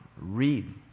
read